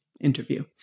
interview